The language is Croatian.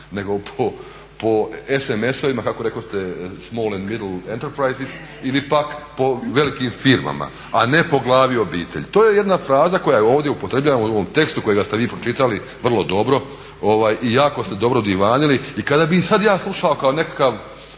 nego po SMS-ovima kako rekoste small and midle enterprises ili pak po velikim firmama, a ne po glavi obitelji. To je jedna fraza koja je upotrebljavana u ovom tekstu kojega ste vi pročitali vrlo dobro i jako ste dobro divanili. I kada bi ja sad slušao kao nekakav